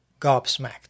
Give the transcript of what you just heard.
gobsmacked